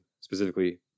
specifically